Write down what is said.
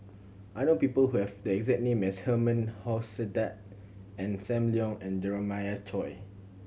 I know people who have the exact name as Herman Hochstadt Ong Sam Leong and Jeremiah Choy